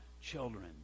children